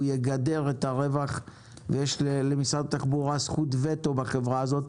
הוא יגדר את הרווח ולמשרד התחבורה יש זכות וטו בחברה הזאת.